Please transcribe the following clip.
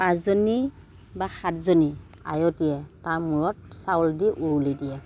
পাঁচজনী বা সাতজনী আয়তীয়ে তাৰ মূৰত চাউল দি উৰুলি দিয়ে